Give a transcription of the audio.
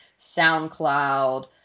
SoundCloud